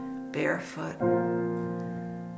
barefoot